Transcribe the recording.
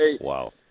Wow